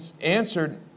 answered